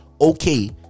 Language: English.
okay